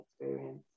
experience